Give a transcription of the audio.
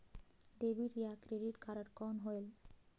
Debit या credit card कौन होएल?